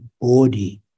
body